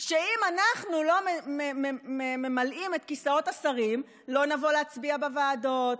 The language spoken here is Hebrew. שאם אנחנו לא ממלאים את כיסאות השרים לא נבוא להצביע בוועדות,